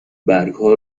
برگها